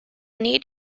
need